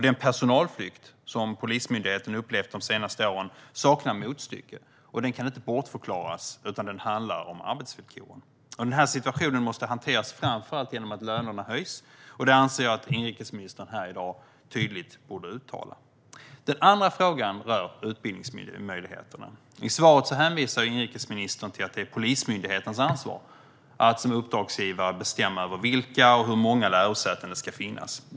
Den personalflykt som Polismyndigheten upplevt de senaste åren saknar motstycke, och den kan inte bortförklaras utan handlar om arbetsvillkoren. Denna situation måste hanteras framför allt genom att lönerna höjs, och det anser jag att inrikesministern här i dag tydligt borde uttala. Den andra frågan rör utbildningsmöjligheterna. I svaret hänvisar inrikesministern till att det är Polismyndighetens ansvar att som uppdragsgivare bestämma över vilka och hur många lärosäten det ska finnas.